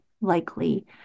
likely